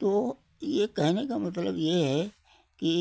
तो ये कहने का मतलब ये है कि